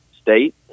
State